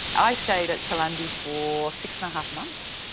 i stayed at chaelundi for six and a half months.